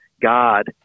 God